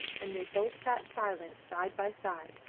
and they both sat silent side by side,